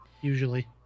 usually